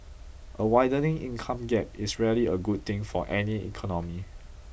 a widening income gap is rarely a good thing for any economy